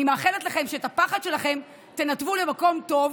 אני מאחלת לכם שאת הפחד שלכם תנתבו למקום טוב,